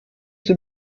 sie